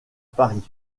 paris